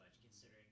considering